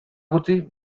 gutxi